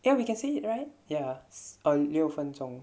then we can say it right ya and 六分钟